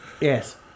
Yes